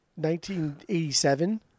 1987